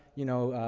you know,